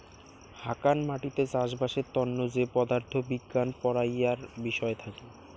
হাকান মাটিতে চাষবাসের তন্ন যে পদার্থ বিজ্ঞান পড়াইয়ার বিষয় থাকি